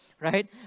right